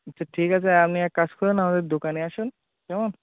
আচ্ছা ঠিক আছে আপনি এক কাজ করুন আমাদের দোকানে আসুন কেমন